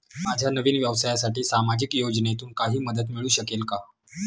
माझ्या नवीन व्यवसायासाठी सामाजिक योजनेतून काही मदत मिळू शकेल का?